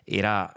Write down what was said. era